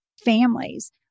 families